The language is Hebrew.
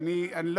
חייבו אותי.